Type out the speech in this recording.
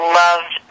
loved